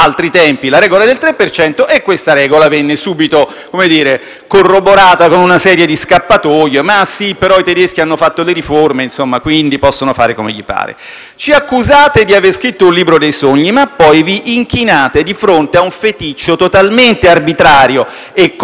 corroborata con una serie di scappatoie, del tipo: i tedeschi, però, hanno fatto le riforme, quindi possono fare come gli pare. Ci accusate di aver scritto un libro dei sogni, ma poi vi inchinate di fronte a un feticcio totalmente arbitrario e contestato da una parte della comunità scientifica che è il prodotto potenziale,